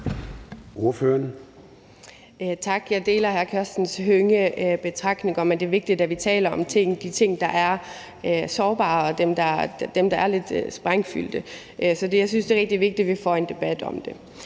(SP): Tak. Jeg deler hr. Karsten Hønges betragtninger om, at det er vigtigt, at vi taler om de ting, der er sårbare, og dem der er lidt sprængfarlige. Så jeg synes, det er rigtig vigtigt, at vi får en debat om det.